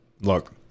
look